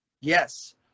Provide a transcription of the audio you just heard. Yes